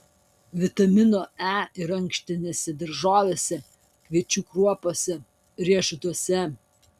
vitamino e yra ankštinėse daržovėse kviečių kruopose riešutuose